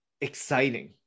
exciting